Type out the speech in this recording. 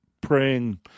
praying